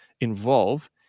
involve